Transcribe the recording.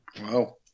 Wow